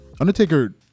undertaker